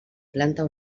planta